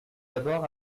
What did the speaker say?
d’abord